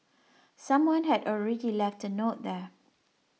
someone had already left a note there